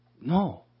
No